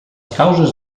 causes